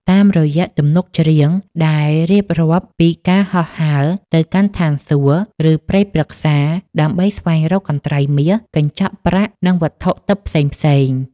តាមរយៈទំនុកច្រៀងដែលរៀបរាប់ពីការហោះហើរទៅកាន់ឋានសួគ៌ ឬព្រៃព្រឹក្សា ដើម្បីស្វែងរកកន្ត្រៃមាស កញ្ចក់ប្រាក់ និងវត្ថុទិព្វផ្សេងៗ